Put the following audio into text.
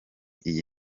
iyi